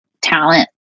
talent